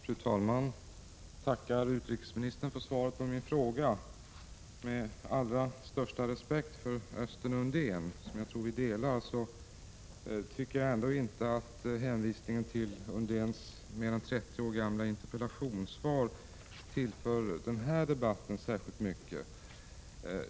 Fru talman! Jag tackar utrikesministern för svaret på min fråga. Med allra största respekt för Östen Undén, tycker jag ändå inte att hänvisningen till Undéns mer än 30 år gamla interpellationssvar tillför denna debatt särskilt mycket.